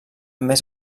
més